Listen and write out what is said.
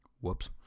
Whoops